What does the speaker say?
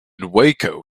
waco